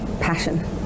passion